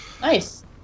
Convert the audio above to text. nice